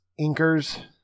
Inker's